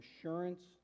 assurance